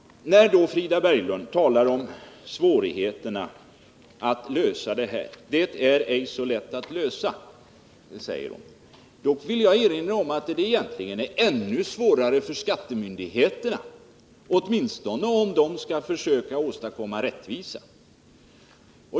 När Frida Berglund talade om svårigheterna att lösa detta problem vill jag erinra om att det egentligen är ännu svårare för skattemyndigheterna, åtminstone om de skall försöka åstadkomma rättvisa.